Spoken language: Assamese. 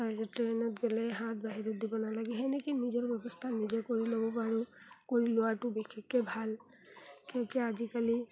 তাৰ পিছত ট্ৰেইনত গ'লে হাত বাহিৰত দিব নালাগে সেনেকৈয়ে নিজৰ ব্যৱস্থা নিজে কৰি ল'ব পাৰোঁ কৰি লোৱাটো বিশেষকৈ ভাল বিশেষকৈ আজিকালি